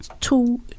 two